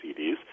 CDs